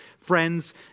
friends